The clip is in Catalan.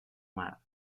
mar